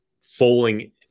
falling